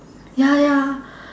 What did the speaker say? ya ya